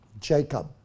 Jacob